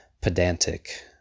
pedantic